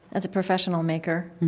as a professional maker,